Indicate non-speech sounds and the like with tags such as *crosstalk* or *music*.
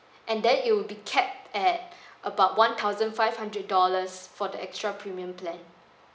and then it will be capped at *breath* about one thousand five hundred dollars for the extra premium plan